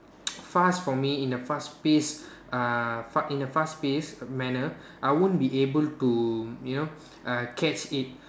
fast for me in a fast pace uh in a fast paced manner I wouldn't be able to you know uh catch it